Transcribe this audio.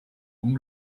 own